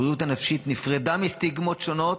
הבריאות הנפשית נפרדה מסטיגמות שונות